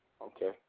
okay